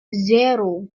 zero